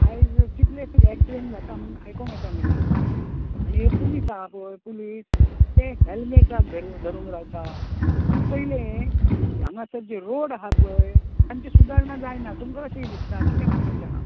आज कितलेंशेच एक्सीडेंट जाता म्हणून आयकोंक येता मरे आनी हे पुलीस आहा पय पुलीस ते हॅलमेटाक धरून धरून रावतात पूण पयलें हांगासर जे रोड आहा पय तांची सुदारणा जायना तुमका कशें दिसता कितें म्हणपाचें आहा